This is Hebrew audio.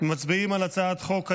מצביעים על הצעת חוק הירושה)